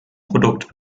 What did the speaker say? produkt